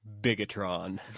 Bigatron